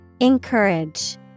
Encourage